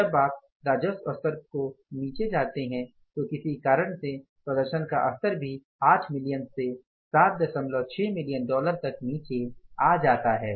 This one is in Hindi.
जब आप राजस्व स्तर को नीचे लाते हैं तो किसी कारण से प्रदर्शन का स्तर भी 8 मिलियन से 76 मिलियन डॉलर तक नीचे आ जाता है